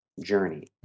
journey